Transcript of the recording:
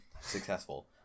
Successful